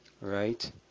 right